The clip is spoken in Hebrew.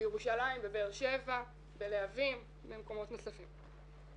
בירושלים, בבאר שבע, בלהבים ובמקומות נוספים.